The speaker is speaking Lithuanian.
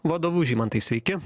vadovu žymantai sveiki